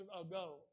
ago